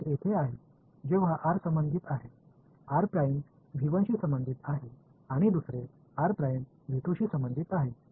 एक येथे आहे जेव्हा r संबंधित आहे r' शी संबंधित आहे आणि दुसरे r' शी संबंधित आहे